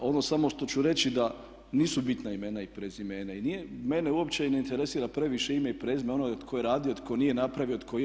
Ono samo što ću reći da nisu bitna imena i prezimena i mene uopće ne interesira previše ime i prezime onoga tko je radio, tko nije napravio, tko je.